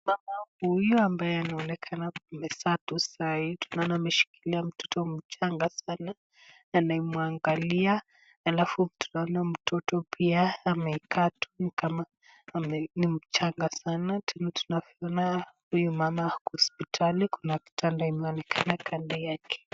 Mama huyu ambaye anaonekana amezaa tu saa hii, tunaona ameshikilia, mtoto mchanga sana, anayemwangalia ,alafu tunaona mtoto pia amekaa tu kama ni mchanga sana, tunavyoona huyu mama ako hospitali kuna kitanda inaonekana kando yake.